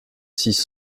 six